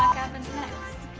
happens next?